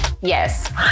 Yes